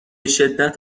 شدت